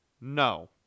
No